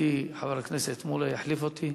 ידידי חבר הכנסת מולה יחליף אותי.